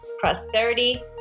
prosperity